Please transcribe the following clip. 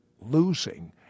losing